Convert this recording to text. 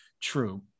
true